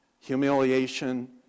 humiliation